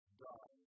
done